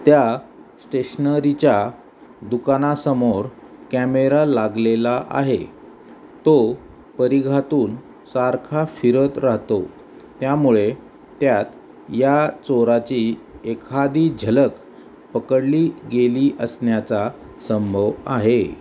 त्या स्टेशनरीच्या दुकानासमोर कॅमेरा लागलेला आहे तो परिघातून सारखा फिरत राहतो त्यामुळे त्यात या चोराची एखादी झलक पकडली गेली असण्याचा संभव आहे